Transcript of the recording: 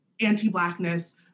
anti-blackness